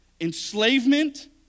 Enslavement